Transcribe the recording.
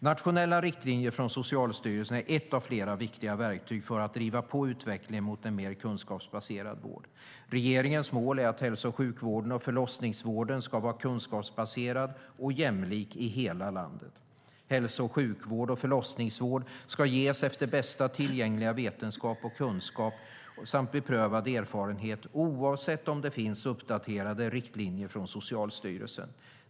Nationella riktlinjer från Socialstyrelsen är ett av flera viktiga verktyg för att driva på utvecklingen mot en mer kunskapsbaserad vård. Regeringens mål är att hälso och sjukvården och förlossningsvården ska vara kunskapsbaserad och jämlik i hela landet. Hälso och sjukvård och förlossningsvård ska ges efter bästa tillgängliga vetenskap och kunskap samt beprövad erfarenhet oavsett om det finns uppdaterade riktlinjer från Socialstyrelsen.